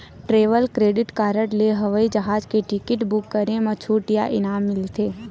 travel credit card ले हवई जहाज के टिकट बूक करे म छूट या इनाम मिलथे